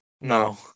No